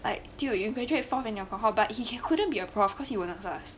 like dude imagine he fall at a cohort but he he couldnt be a prof cause he wouldnt vest